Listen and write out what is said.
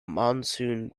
monsoon